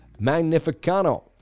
Magnificano